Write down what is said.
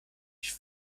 ich